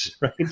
Right